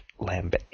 Lambic